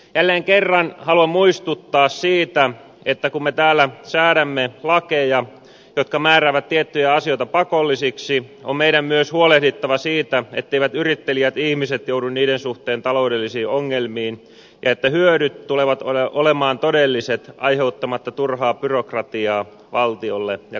jälleen kerran haluan muistuttaa siitä että kun me täällä säädämme lakeja jotka määräävät tiettyjä asioita pakollisiksi on meidän myös huolehdittava siitä etteivät yritteliäät ihmiset joudu niiden suhteen taloudellisiin ongelmiin ja että hyödyt tulevat olemaan todelliset aiheuttamatta turhaa byrokratiaa valtiolle ja